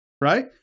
right